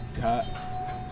cut